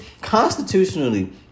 constitutionally